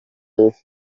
yezu